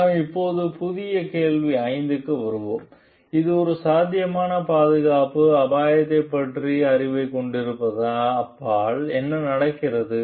நாம் இப்போது முக்கிய கேள்வி 5 க்கு வருவோம் இது ஒரு சாத்தியமான பாதுகாப்பு அபாயத்தைப் பற்றிய அறிவைக் கொண்டிருப்பதற்கு அப்பால் என்ன நடக்கிறது